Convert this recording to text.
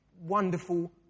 wonderful